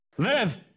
Live